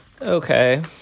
Okay